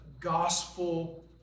gospel